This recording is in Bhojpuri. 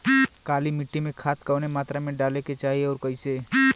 काली मिट्टी में खाद कवने मात्रा में डाले के चाही अउर कइसे?